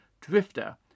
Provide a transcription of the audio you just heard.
drifter